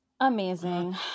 Amazing